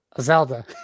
Zelda